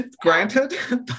granted